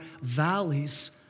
valleys